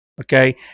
Okay